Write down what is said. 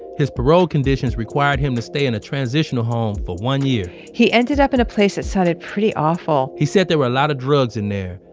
his parole conditions required him to stay in a transitional home for one year he ended up in a place that sounded pretty awful he said there were a lot of drugs in there.